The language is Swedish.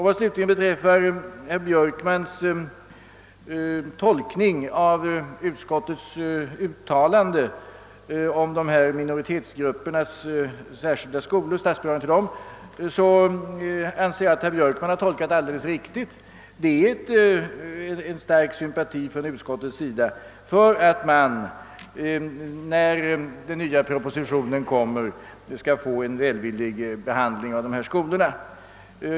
Vad slutligen beträffar utskottets uttalande om statsbidragen till minoritetsgruppernas särskilda skolor anser jag att herr Björkman tolkade det alldeles riktigt. Utskottet känner en stark sympati för tanken att dessa skolor skall behandlas välvilligt när den nya propositionen framläggs. Det framgår av utlåtandet.